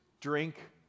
drink